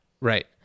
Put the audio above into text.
Right